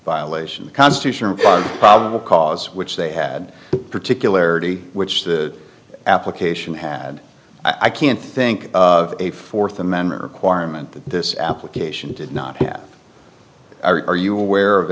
violation of constitutional probable cause which they had particularities which the application had i can't think of a fourth amendment requirement that this application did not have are you aware of